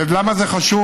ולמה זה חשוב?